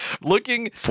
looking